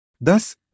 Thus